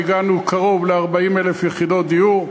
הגענו לקרוב ל-40,000 יחידות דיור,